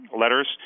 letters